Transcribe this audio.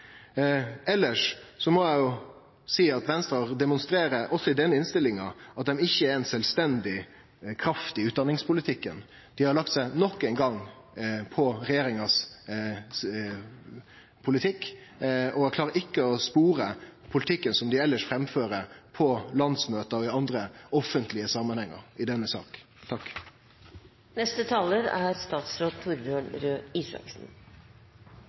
må eg seie at Venstre demonstrerer også i denne innstillinga at dei ikkje er ei sjølvstendig kraft i utdanningspolitikken. Dei har nok ein gong lagt seg på regjeringas politikk, og eg klarer ikkje å spore politikken som dei elles framfører på landsmøta og i andre offentlege samanhengar, i denne saka. De som mener at Venstre ikke er